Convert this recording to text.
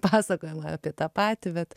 pasakojama apie tą patį bet